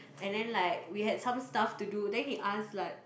and then like we had some stuff to do then he ask like